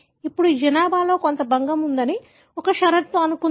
ఇప్పుడు ఈ జనాభాలో కొంత భంగం ఉందని ఒక షరతు అనుకుందాం